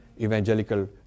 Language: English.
evangelical